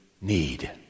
need